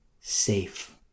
safe